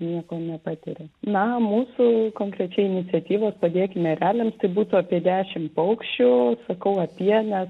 nieko nepatiria na mūsų konkrečiai iniciatyva padėkime ereliams tai būtų apie dešim paukščių sakau apie nes